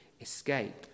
escape